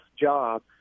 job